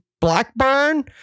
Blackburn